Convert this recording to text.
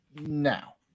now